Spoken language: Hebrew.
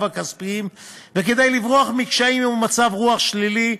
הכספיים וכדי לברוח מקשיים או ממצב רוח שלילי.